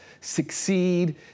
succeed